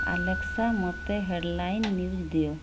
Alexa ମୋତେ headline news ଦିଅ